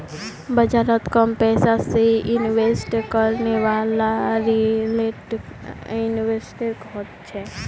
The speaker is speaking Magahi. बाजारोत कम पैसा से इन्वेस्ट करनेवाला रिटेल इन्वेस्टर होछे